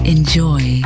Enjoy